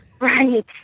Right